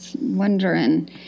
Wondering